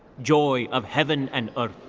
joy of heaven and earth.